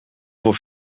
voor